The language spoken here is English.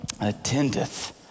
attendeth